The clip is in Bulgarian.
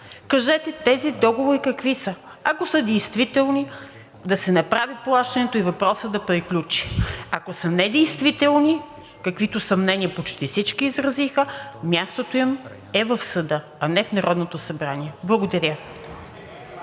кажете тези договори какви са? Ако са действителни, да се направи плащането и въпросът да приключи. Ако са недействителни, каквито съмнения почти всички изразиха, мястото им е в съда, а не в Народното събрание. Благодаря.